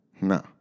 No